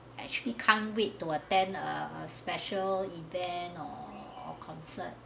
actually can't wait to attend a special event or concert